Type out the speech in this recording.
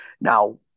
Now